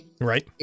right